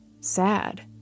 sad